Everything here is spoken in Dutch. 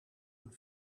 een